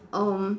um